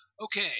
Okay